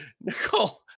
Nicole